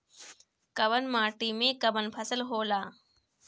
कवन माटी में कवन फसल हो ला?